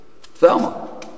Thelma